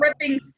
ripping